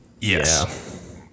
Yes